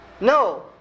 No